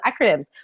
acronyms